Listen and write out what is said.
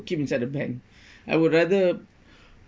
keep inside the bank I would rather